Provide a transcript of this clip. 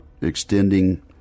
extending